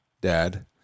dad